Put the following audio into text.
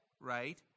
right